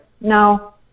No